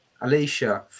Alicia